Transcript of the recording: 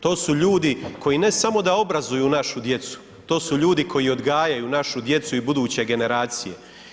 To su ljudi koji ne samo da obrazuju našu djecu, to su ljudi koji odgajaju našu djecu i buduće generacije.